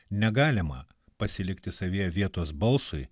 negalima pasilikti savyje vietos balsui